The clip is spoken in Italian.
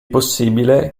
possibile